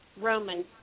Roman